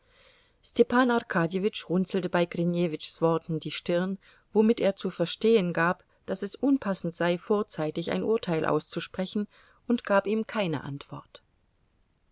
arkadjewitsch runzelte bei grinjewitschs worten die stirn womit er zu verstehen gab daß es unpassend sei vorzeitig ein urteil auszusprechen und gab ihm keine antwort